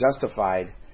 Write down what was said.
justified